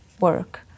work